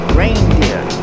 reindeer